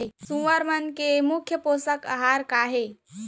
सुअर मन के मुख्य पोसक आहार का हे?